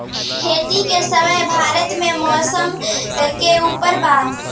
खेती के समय भारत मे मौसम के उपर बा